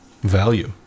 value